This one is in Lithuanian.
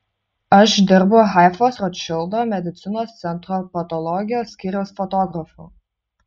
aš dirbu haifos rotšildo medicinos centro patologijos skyriaus fotografu